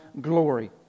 glory